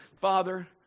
Father